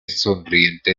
sonriente